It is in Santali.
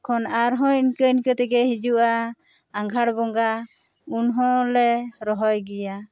ᱛᱚᱠᱷᱚᱱ ᱟᱨ ᱦᱚᱸ ᱤᱱᱠᱟᱹ ᱤᱱᱠᱟᱹ ᱛᱮᱜᱮ ᱦᱤᱡᱩᱜᱼᱟ ᱟᱜᱷᱟᱸᱲ ᱵᱚᱸᱜᱟ ᱩᱱ ᱦᱚᱸᱞᱮ ᱨᱚᱦᱚᱭ ᱜᱮᱭᱟ